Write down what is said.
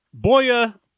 Boya